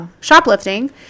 shoplifting